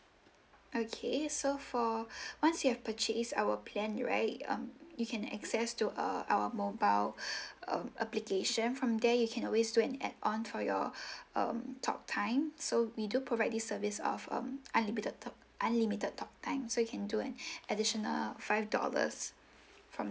okay so for once you have purchase our plan right um you can access to uh our mobile um application from there you can always do an add on for your um talk time so we do provide this service of um unlimited talk unlimited talk time so you can do an additional five dollars from